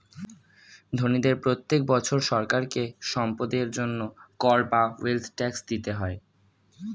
ধনীদের প্রত্যেক বছর সরকারকে সম্পদের জন্য কর বা ওয়েলথ ট্যাক্স দিতে হয়